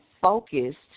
focused